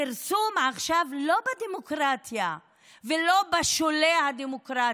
הכרסום עכשיו, לא בדמוקרטיה ולא בשולי הדמוקרטיה,